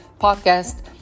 podcast